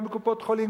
גם בקופות-חולים,